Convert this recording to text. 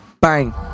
bang